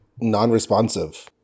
non-responsive